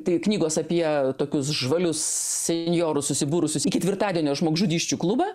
tai knygos apie tokius žvalius senjorus susibūrusius į ketvirtadienio žmogžudysčių klubą